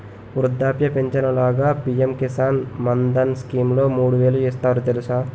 వృద్ధాప్య పించను లాగా పి.ఎం కిసాన్ మాన్ధన్ స్కీంలో మూడు వేలు ఇస్తారు తెలుసా?